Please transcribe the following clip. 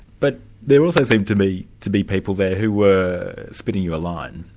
but there also seemed to me to be people there who were spinning you a line.